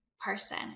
person